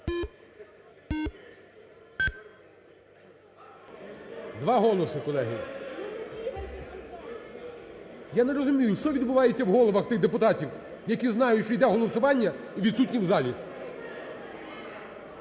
Два голоси, колеги. Я не розумію, що відбувається в головах тих депутатів, які знають, що йде голосування і відсутні в залі,